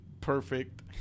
perfect